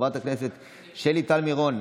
חברת הכנסת שלי טל מירון,